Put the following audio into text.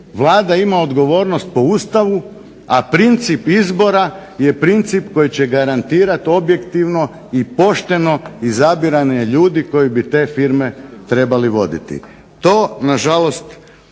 Vlada ima odgovornost po Ustavu, a princip izbora je princip koji će garantirati objektivno i pošteno izabirane ljude koji bi te firme trebali voditi. To nažalost